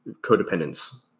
codependence